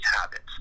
habits